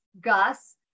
Gus